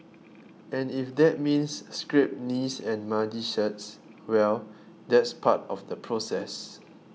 and if that means scraped knees and muddy shirts well that's part of the process